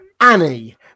Annie